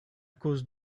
cause